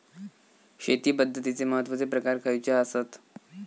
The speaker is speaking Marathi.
शेती पद्धतीचे महत्वाचे प्रकार खयचे आसत?